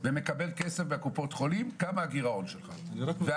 ומקבל כסף מקופות החולים, כמה הגירעון שלך?